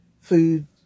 food